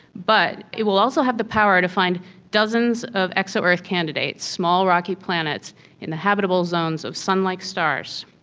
but it will also have the power to find dozens of exo-earth candidates, small rocky planets in the habitable zones of sun-like stars,